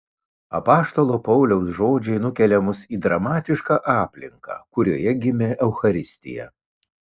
apaštalo pauliaus žodžiai nukelia mus į dramatišką aplinką kurioje gimė eucharistija